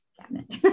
cabinet